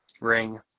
ring